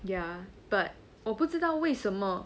ya but 我不知道为什么